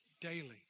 daily